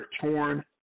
torn